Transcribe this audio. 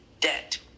debt